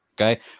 Okay